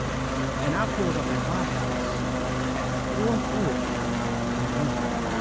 and i pulled up at my house at four thirty in the morning.